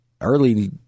early